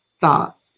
thought